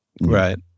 Right